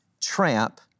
Tramp